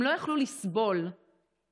הם לא יכלו לסבול את